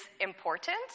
important